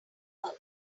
earth